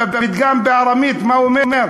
הפתגם בארמית, מה הוא אומר?